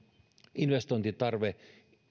investointitarve